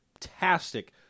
fantastic